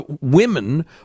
women